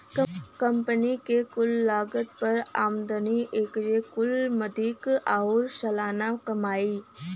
company के कुल लागत पर आमदनी, एकर कुल मदिक आउर सालाना कमाई